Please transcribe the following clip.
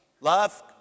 Love